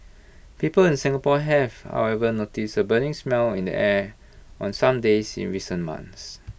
people in Singapore have however noticed A burning smell in the air on some days in recent months